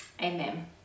amen